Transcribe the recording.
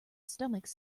stomach